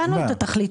הבנו את התכלית.